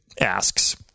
asks